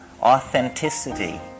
authenticity